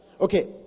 okay